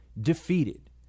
defeated